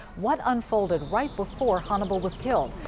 what unfolded right before hannibal was killed.